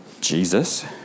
Jesus